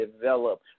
develop